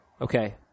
Okay